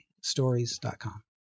stories.com